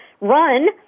run